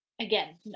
again